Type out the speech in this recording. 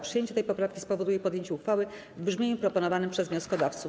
Przyjęcie tej poprawki spowoduje podjęcie uchwały w brzmieniu proponowanym przez wnioskodawców.